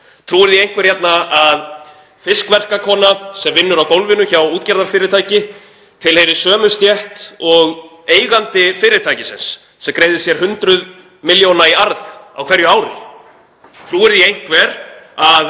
Trúir því einhver hérna að fiskverkakona sem vinnur á gólfinu hjá útgerðarfyrirtæki tilheyri sömu stétt og eigandi fyrirtækisins sem greiðir sér hundruð milljóna í arð á hverju ári? Trúir því einhver að